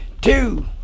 two